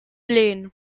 plain